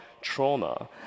trauma